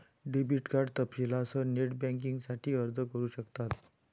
debit card तपशीलांसह net बँकिंगसाठी अर्ज करू शकतात